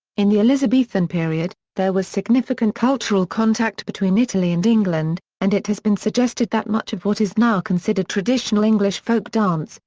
in the elizabethan period, there was significant cultural contact between italy and england, and it has been suggested that much of what is now considered traditional english folk dance,